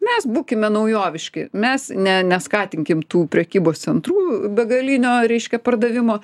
mes būkime naujoviški mes ne neskatinkim tų prekybos centrų begalinio reiškia pardavimo